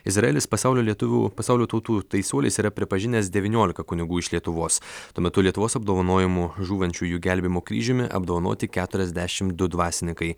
izraelis pasaulio lietuvių pasaulio tautų teisuoliais yra pripažinęs devyniolika kunigų iš lietuvos tuo metu lietuvos apdovanojimu žūvančiųjų gelbėjimo kryžiumi apdovanoti keturiasdešimt du dvasininkai